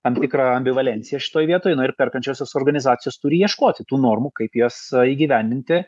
tam tikrą ambivalenciją šitoj vietoj na ir perkančiosios organizacijos turi ieškoti tų normų kaip juos įgyvendinti